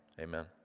amen